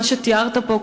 מה שתיארת פה,